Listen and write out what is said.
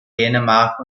dänemark